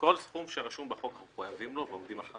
אנחנו מחויבים לכל סכום שרשום בחוק ועומדים מאחוריו.